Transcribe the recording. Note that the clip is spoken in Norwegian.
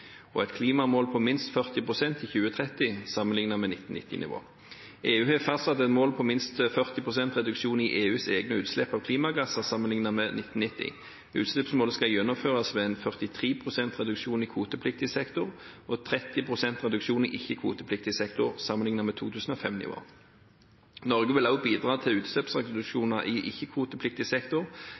og et klimamål på minst 40 pst. i 2030 sammenlignet med 1990-nivå. EU har fastsatt et mål på minst 40 pst. reduksjon i EUs egne utslipp av klimagasser sammenlignet med 1990. Utslippsmålet skal gjennomføres ved 43 pst. reduksjon i kvotepliktig sektor og 30 pst. reduksjon i ikke-kvotepliktig sektor sammenlignet med 2005-nivå. Norge vil også bidra til utslippsreduksjoner i ikke-kvotepliktig sektor